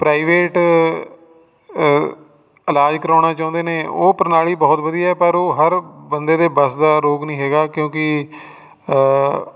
private ਇਲਾਜ ਕਰਵਾਉਣਾ ਚਾਹੁੰਦੇ ਨੇ ਉਹ ਪ੍ਰਣਾਲੀ ਬਹੁਤ ਵਧੀਆ ਪਰ ਉਹ ਹਰ ਬੰਦੇ ਦੇ ਵੱਸ ਦਾ ਰੋਗ ਨਹੀਂ ਹੈਗਾ ਕਿਉਂਕਿ